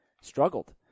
struggled